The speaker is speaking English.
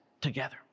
together